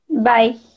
bye